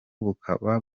bukaba